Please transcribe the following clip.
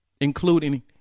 including